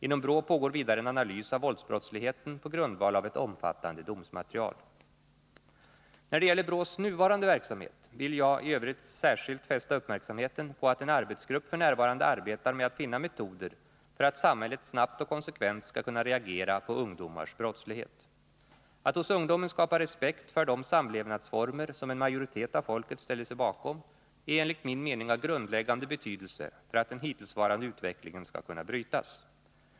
Inom BRÅ pågår vidare en analys av våldsbrottsligheten på grundval av ett omfattande domsmaterial. När det gäller BRÅ:s nuvarande verksamhet vill jag i övrigt särskilt fästa uppmärksamheten på att en arbetsgrupp f. n. arbetar med att finna metoder för att samhället snabbt och konsekvent skall kunna reagera på ungdomars brottslighet. Att hos ungdomen skapa respekt för de samlevnadsformer som en majoritet av folket ställer sig bakom är enligt min mening av grundläggande betydelse för att den hittillsvarande utvecklingen skall kunna brytas.